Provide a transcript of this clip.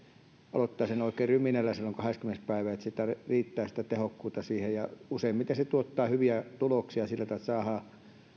aloittavat sen oikein ryminällä silloin kahdeskymmenes päivä eli tehokkuutta riittää siihen useimmiten se tuottaa hyviä tuloksia sillä tavalla että saadaan